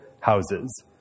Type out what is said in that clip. houses